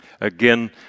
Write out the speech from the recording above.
Again